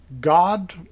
God